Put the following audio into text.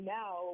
now